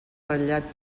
ratllat